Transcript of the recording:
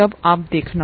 तब आप देखना